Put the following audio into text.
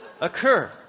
occur